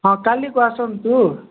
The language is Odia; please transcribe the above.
ହଁ କାଲିକୁ ଆସନ୍ତୁ